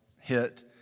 hit